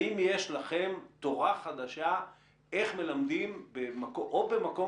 האם יש לכם תורה חדשה איך מלמדים או במקום